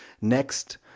next